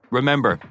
Remember